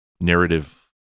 narrative